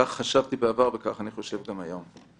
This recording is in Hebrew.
כך חשבתי בעבר, כך אני חושב גם היום.